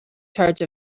charge